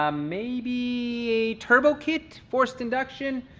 um maybe a turbo kit, forced induction?